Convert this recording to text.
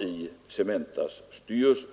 i Cementas styrelse.